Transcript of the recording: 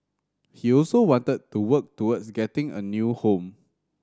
he also wanted to work towards getting a new home